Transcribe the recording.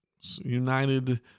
United